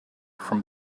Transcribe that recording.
from